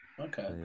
Okay